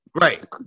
Right